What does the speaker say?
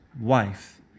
wife